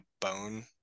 bone